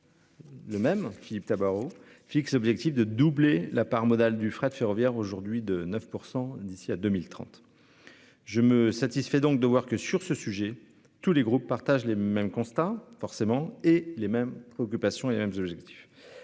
Le même Philippe Tabarot fixe l'objectif de doubler la part modale du fret ferroviaire aujourd'hui de 9% d'ici à 2030. Je me satisfait donc de voir que sur ce sujet. Tous les groupes partagent les mêmes constats forcément et les mêmes préoccupations et les mêmes objectifs.